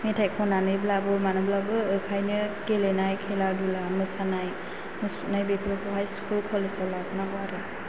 मेथाइ खनानैब्लाबो मानाब्लाबो ओखायनो गेलेनाय खेला दुला मोसानाय मुसुरनाय बेफोरखौ हाय स्कुल कलेजाव लाबेनांगौ आरो